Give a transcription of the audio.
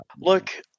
look